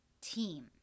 team